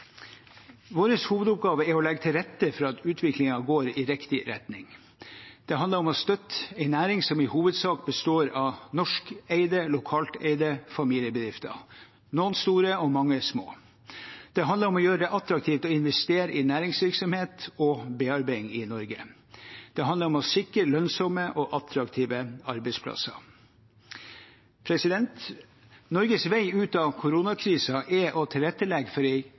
Vår hovedoppgave er å legge til rette for at utviklingen går i riktig retning. Det handler om å støtte en næring som i hovedsak består av norskeide, lokalt eide familiebedrifter, noen store og mange små. Det handler om å gjøre det attraktivt å investere i næringsvirksomhet og bearbeiding i Norge. Det handler om å sikre lønnsomme og attraktive arbeidsplasser. Norges vei ut av koronakrisen er å tilrettelegge for